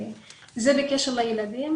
זה בקשר לילדים.